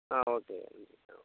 ஆ okay நன்றி